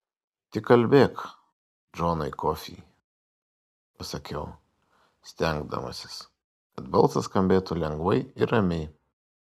tai kalbėk džonai kofį pasakiau stengdamasis kad balsas skambėtų lengvai ir ramiai